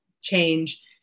change